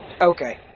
okay